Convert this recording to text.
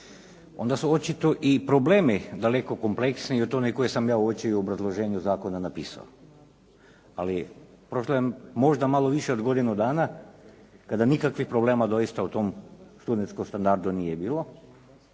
Onda se očito i problemi daleko kompleksniji od onih koje sam ja uočio u obrazloženju zakona napisao, ali prošlo je možda malo više od godinu dana kada nikakvih problema dosita u tom studentskom standardu nije bilo,